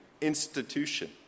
institution